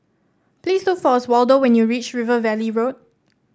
please look for Oswaldo when you reach River Valley Road